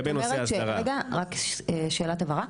רק שאלת הבהרה.